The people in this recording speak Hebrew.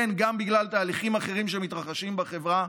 כן, גם בגלל תהליכים אחרים שמתרחשים בחברה,